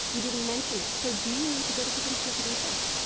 you didn't mention it. so do you need to go to cooking school to be a chef?